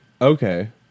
Okay